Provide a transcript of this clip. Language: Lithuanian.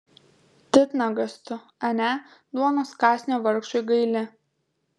titnagas tu ane duonos kąsnio vargšui gaili